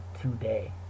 today